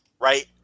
right